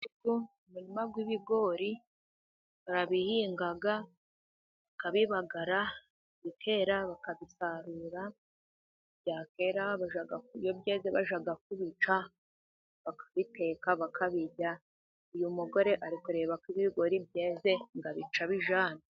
...umurima w'ibigori barabihinga, bakabibagara bikera, bakabisarura. Iyo byeze bajya kubica, bakabiteka bakabirya. Uyu mugore kureba ko ibigori byeze ngo abice abijyane.